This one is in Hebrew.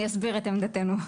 אני אסביר את עמדתנו.